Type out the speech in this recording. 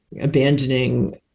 abandoning